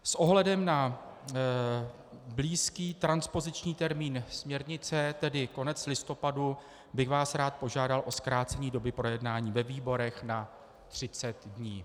S ohledem na blízký transpoziční termín směrnice, tedy konec listopadu, bych vás rád požádal o zkrácení doby k projednání ve výborech na třicet dní.